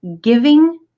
giving